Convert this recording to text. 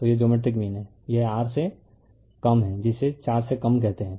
तो यह geometric mean है यह r से कम है जिसे 4 से कम कहते हैं